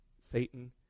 Satan